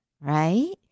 right